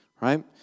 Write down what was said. right